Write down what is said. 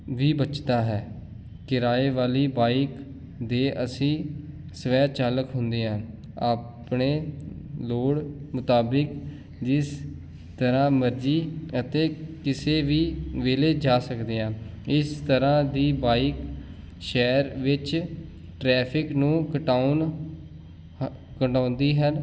ਵੀ ਬਚਦਾ ਹੈ ਕਿਰਾਏ ਵਾਲੀ ਬਾਈਕ ਦੇ ਅਸੀਂ ਸਵੈ ਚਾਲਕ ਹੁੰਦੇ ਹਾਂ ਆਪਣੇ ਲੋੜ ਮੁਤਾਬਿਕ ਜਿਸ ਤਰ੍ਹਾਂ ਮਰਜ਼ੀ ਅਤੇ ਕਿਸੇ ਵੀ ਵੇਲੇ ਜਾ ਸਕਦੇ ਹਾਂ ਇਸ ਤਰ੍ਹਾਂ ਦੀ ਬਾਈਕ ਸ਼ਹਿਰ ਵਿੱਚ ਟਰੈਫਿਕ ਨੂੰ ਕਟਾਉਣ ਹ ਕਢਾਉਂਦੀ ਹਨ